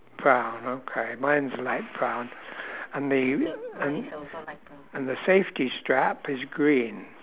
brown okay mine is light brown and the and and the safety strap is green